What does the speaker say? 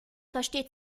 versteht